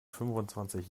fünfundzwanzig